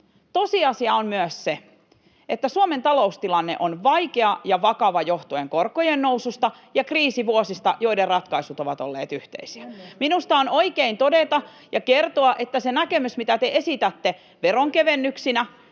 tosiasia on myös se, että Suomen taloustilanne on vaikea ja vakava johtuen korkojen noususta ja kriisivuosista, [Jukka Kopra: Luomistanne uusista menoista!] joiden ratkaisut ovat olleet yhteisiä. Minusta on oikein todeta ja kertoa, että se näkemys, mitä te esitätte veronkevennyksinä,